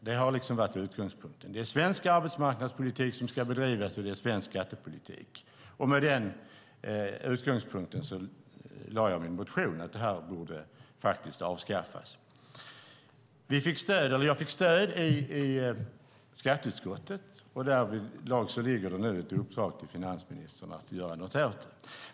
Det har varit utgångspunkten. Det är svensk arbetsmarknadspolitik som ska bedrivas, och det är svensk skattepolitik. Med den utgångspunkten lade fram jag min motion om att detta borde avskaffas. Jag fick stöd i skattutskottet, och därvidlag ligger det nu ett uppdrag till finansministern att göra något åt det.